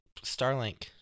Starlink